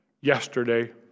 yesterday